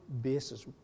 basis